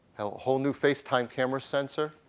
whole new facetime camera sensor,